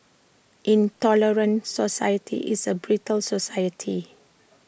intolerant society is A brittle society